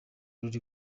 ruri